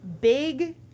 big